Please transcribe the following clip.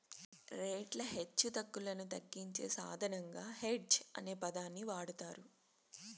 రేట్ల హెచ్చుతగ్గులను తగ్గించే సాధనంగా హెడ్జ్ అనే పదాన్ని వాడతారు